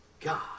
God